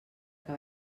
que